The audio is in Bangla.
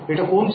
এটা কমছে